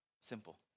Simple